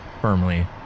firmly